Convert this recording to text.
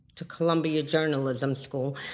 to columbia journalism school,